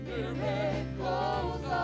Miracles